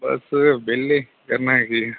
ਬਸ sir ਵਿਹਲੇ ਕਰਨਾ ਕੀ ਹੈ